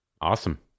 awesome